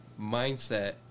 mindset